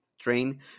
train